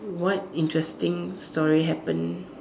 what interesting story happen